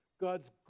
God's